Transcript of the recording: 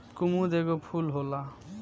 कुमुद एगो फूल होला